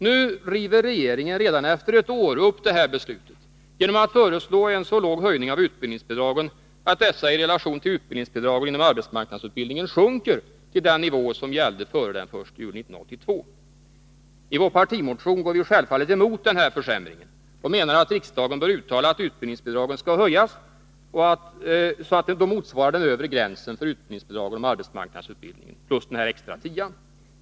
Nu river regeringen redan efter ett år upp det här beslutet genom att föreslå en så låg höjning av utbildningsbidragen att dessa i relation till utbildningsbidragen inom arbetsmarknadsutbildningen sjunker till den nivå som gällde före den 1 juli 1982. I vår partimotion går vi självfallet emot den här försämringen och menar att riksdagen bör uttala att utbildningsbidragen skall höjas så att de motsvarar den övre gränsen för utbildningsbidragen till arbetsmarknadsutbildningen, plus den här ytterligare tian.